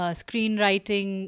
screenwriting